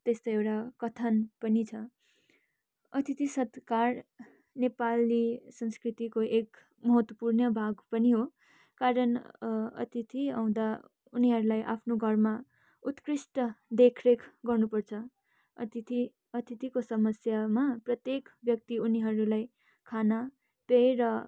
त्यस्तै एउटा कथन पनि छ अतिथि सत्कार नेपाली सांस्कृतिको एक महत्वपूर्ण भाग पनि हो कारण अतिथि आउँदा उनीहरूलाई आफ्नो घरमा उत्कृष्ट देखरेख गर्नुपर्छ अतिथि अतिथिको समस्यामा प्रत्येक व्यक्ति उनीहरूलाई खाना पेय र